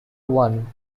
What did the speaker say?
one